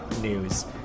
news